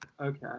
Okay